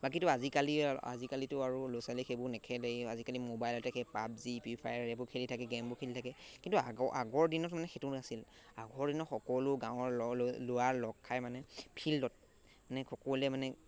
বাকীতো আজিকালি আজিকালিতো আৰু ল'ৰা ছোৱালী সেইবোৰ নেখেলেই আজিকালি মোবাইলতে সেই পাবজি ফ্ৰী ফায়াৰ এইবোৰ খেলি থাকে গে'মবোৰ খেলি থাকে কিন্তু আগ আগৰ দিনত মানে সেইটো নাছিল আগৰ দিনত সকলো গাঁৱৰ লোৱাৰ লগ খাই মানে ফিল্ডত মানে সকলোৱে মানে